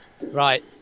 Right